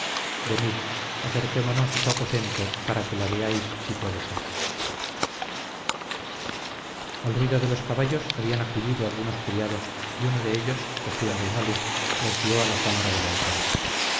venid acerquémonos a su aposento para que la veáis si puede ser al ruido de los caballos habían acudido algunos criados y uno de ellos cogiendo una luz los guió a la cámara de la enferma